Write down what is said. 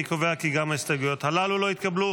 אני קובע כי גם ההסתייגויות הללו לא התקבלו.